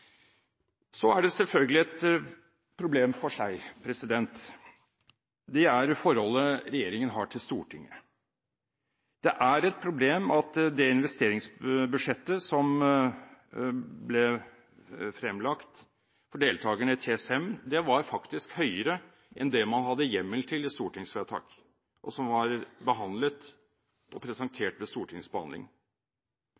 Så er det selvfølgelig et problem for seg. Det gjelder det forholdet regjeringen har til Stortinget. Det er et problem at det investeringsbudsjettet som ble fremlagt for deltakerne i TCM, og som var blitt presentert for og behandlet av Stortinget, var større enn det man hadde hjemmel for i stortingsvedtak.